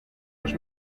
los